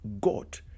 God